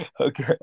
Okay